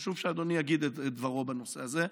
חשוב שאדוני יגיד את דברו בנושא הזה,